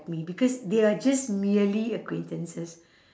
me because they are just merely acquaintances